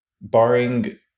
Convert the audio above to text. barring